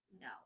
no